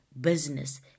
business